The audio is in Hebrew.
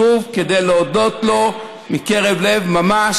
ושווה בשביל זה היה לעלות שוב כדי להודות לו מקרב לב ממש,